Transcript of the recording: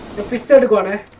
the political and